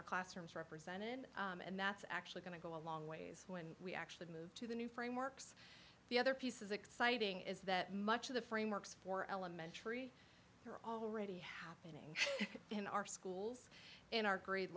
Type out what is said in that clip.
our classrooms represented and that's actually going to go a long ways when we actually move to the new frameworks the other piece is exciting is that much of the frameworks for elementary are already happening in our schools in our grade